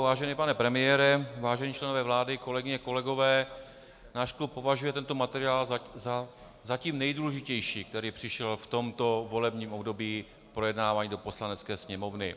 Vážený pane premiére, vážení členové vlády, kolegyně, kolegové, náš klub považuje tento materiál za zatím nejdůležitější, který přišel v tomto volebním období k projednávání do Poslanecké sněmovny.